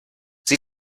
sie